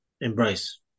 embrace